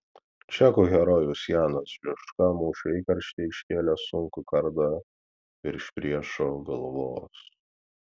čekų herojus janas žižka mūšio įkarštyje iškėlė sunkų kardą virš priešo galvos